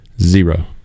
Zero